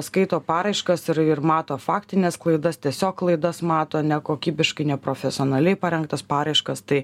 skaito paraiškas ir ir mato faktines klaidas tiesiog klaidas mato nekokybiškai neprofesionaliai parengtas paraiškas tai